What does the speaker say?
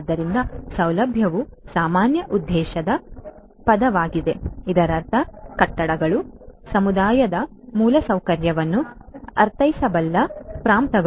ಆದ್ದರಿಂದ ಸೌಲಭ್ಯವು ಸಾಮಾನ್ಯ ಉದ್ದೇಶದ ಪದವಾಗಿದೆ ಇದರರ್ಥ ಕಟ್ಟಡಗಳು ಸಮುದಾಯದ ಮೂಲಸೌಕರ್ಯವನ್ನು ಅರ್ಥೈಸಬಲ್ಲ ಪ್ರಾಂತಗಳು